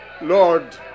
Lord